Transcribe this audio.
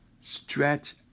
stretch